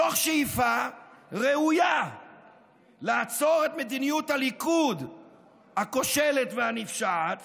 מתוך שאיפה ראויה לעצור את מדיניות הליכוד הכושלת והנפשעת